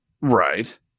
Right